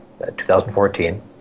2014